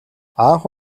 анх